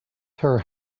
her